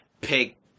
pick